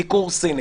דיקור סיני.